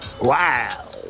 Wow